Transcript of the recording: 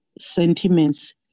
sentiments